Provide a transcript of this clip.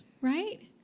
right